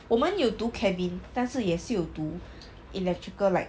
我们有读 cabin 但是也是有读 electrical like